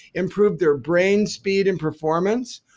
improved their brain speed and performance,